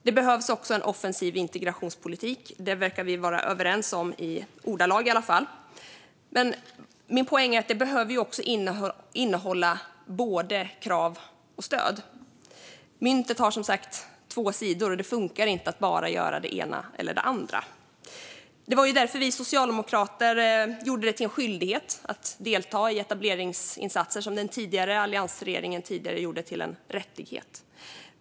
Det behövs också en offensiv integrationspolitik. Detta verkar vi vara överens om, åtminstone när det gäller ordalag, men den behöver innehålla både stöd och krav. Min poäng är att den behöver innehålla båda. Myntet har två sidor, och det funkar inte att bara göra det ena eller det andra. Det var därför vi socialdemokrater gjorde det till en skyldighet att delta i etableringsinsatser, inte bara till en rättighet, som alliansregeringen gjorde.